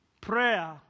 Prayer